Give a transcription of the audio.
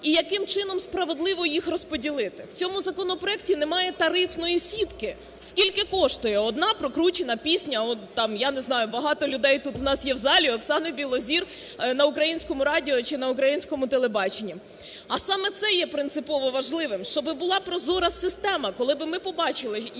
і яким чином справедливо їх розподілити. В цьому законопроекті немає тарифної сітки, скільки коштує одна прокручена пісня? Там, я не знаю, багато людей тут у нас є в залі, Оксани Білозір на українському радіо чи на українському телебаченні. А саме це є принципово важливим, щоб була прозора система, коли б ми побачили,